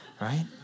right